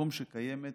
מקום שקיימת